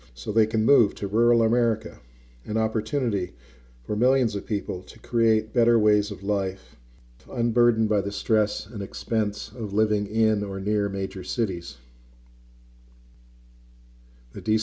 so they can move to rural america an opportunity for millions of people to create better ways of life and burdened by the stress and expense of living in or near major cities the d